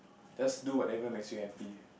just do whatever makes you happy